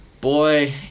Boy